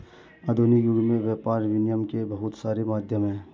आधुनिक युग में वायर विनियम के बहुत सारे माध्यम हैं